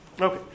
Okay